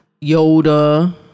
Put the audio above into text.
Yoda